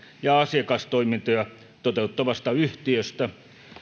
ja asiakastoimintoja toteuttavasta yhtiöstä